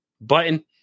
Button